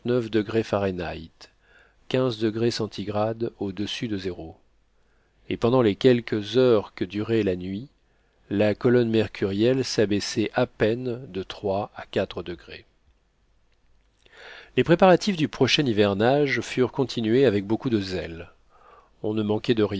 zéro et pendant les quelques heures que durait la nuit la colonne mercurielle s'abaissait à peine de trois à quatre degrés les préparatifs du prochain hivernage furent continués avec beaucoup de zèle on ne manquait de